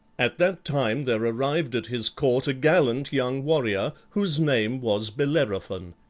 at that time there arrived at his court a gallant young warrior, whose name was bellerophon.